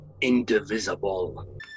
indivisible